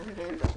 הישיבה ננעלה